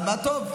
מה טוב,